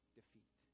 defeat